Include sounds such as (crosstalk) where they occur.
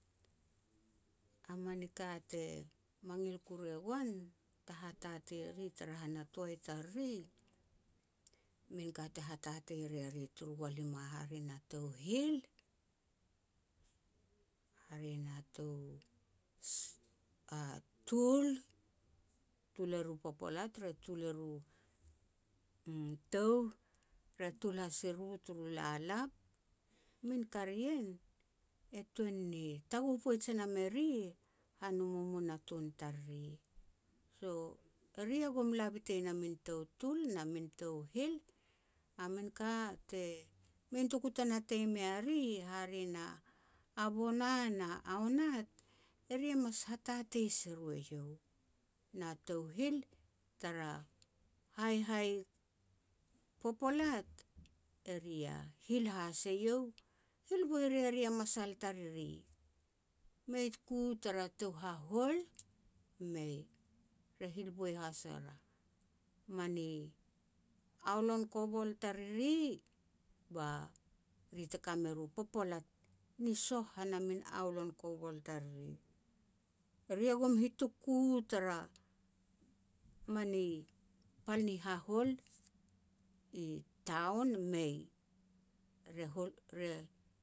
A mani ka te mangil kuru e goan ta hatatei eri tara hana toai tariri, min ka te hatatei ria ri turu walima hare na tou hil, hare na tou (noise) tul, tul er u popolat, re tul er u-u touh, re tul has i ro turu lalap. Min ka ri ien e tuan ni taguh poaj e nam eri han u mumunatun tariri. So, eri ya gum la bitein a min tou tul na min tou hil, a min ka te mei notoku ta natei mea ri hare na, a bona na aunat, eri e mas hatatei se ru eiau, na tou hil tara haihai popolat, eri ya hil has eiau, hil boi ria ri a masal tariri. Mei ku tara tou hahol, mei, re hil boi has er a mani aolon kobol tariri, ba ri te ka me ru popolat ni soh han a min aolon kobol tariri. Eri ya gum ni hituk ku u tara mani pal ni hahol, i town, mei. Re hol, (unintelligible) re